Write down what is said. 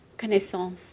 connaissance